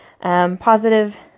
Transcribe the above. Positive